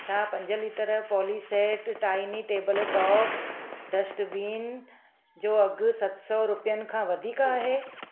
छा पंज litre Polyset tiny tabletop dustbin जो अघि सत सौ रुपियनि खां वधीक आहे